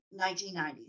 1990s